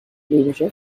leadership